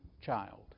child